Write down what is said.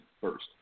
first